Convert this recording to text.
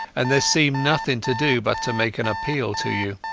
and there seemed nothing to do but to make an appeal to you.